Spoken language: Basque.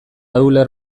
euler